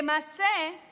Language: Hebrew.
למעשה,